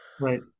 right